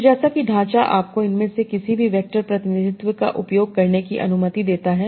तो जैसा कि ढांचा आपको इनमें से किसी भी वेक्टर प्रतिनिधित्व का उपयोग करने की अनुमति देता है